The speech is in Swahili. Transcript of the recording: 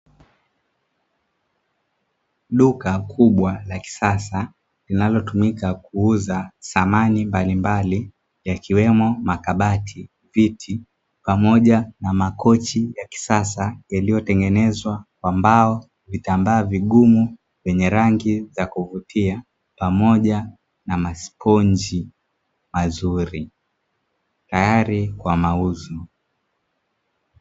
Duka kubwa la kisasa linalotumika kuuza samani mbalimbali, yakiwemo makabati, viti pamoja na makochi ya kisasa yaliyotengenezwa kwa mbao, vitambaa vigumu vyenye rangi za kuvutia, pamoja na masponji mazuri, tayari kwa mauzo.